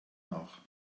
nach